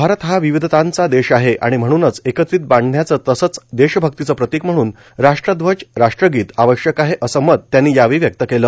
भारत हा विविधतांचा देश आहे आणि म्हणूनच एकत्रित बांधण्याचं तसंच देशभक्तीचे प्रतिक म्हणून राष्ट्रध्वज राष्ट्रगीत आवश्यक आहे असं मत त्यांनी व्यक्त केलं